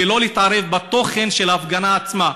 ולא להתערב בתוכן של ההפגנה עצמה.